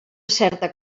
certa